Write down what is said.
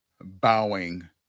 bowing